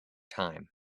time